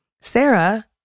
Sarah